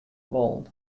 wollen